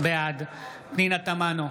בעד פנינה תמנו,